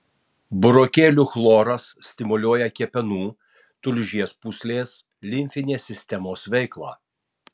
burokėlių chloras stimuliuoja kepenų tulžies pūslės limfinės sistemos veiklą